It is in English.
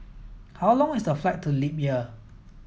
how long is the flight to Libya